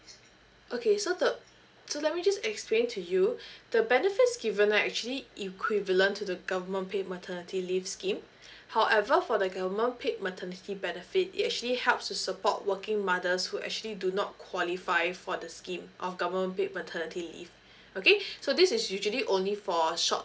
okay so the so let me just explain to you the benefits given are actually equivalent to the government paid maternity leave scheme however for the government paid maternity benefit it actually helps to support working mothers who actually do not qualify for the scheme of government paid maternity leave okay so this is usually only for a short